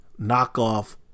knockoff